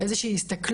איזו שהיא הסתכלות,